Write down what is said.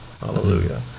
hallelujah